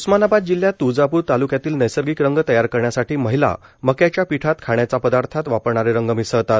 उस्मानाबाद जिल्ह्यात त्ळजापूर ताल्क्यातील नैसर्गिक रंग तयार करण्यासाठी महिला मक्याच्या पिठात खाण्याच्या पदार्थात वापरणारे रंग मिसळतात